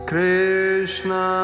Krishna